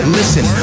listen